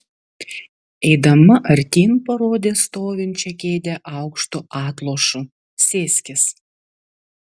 eidama artyn parodė stovinčią kėdę aukštu atlošu sėskis